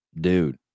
dude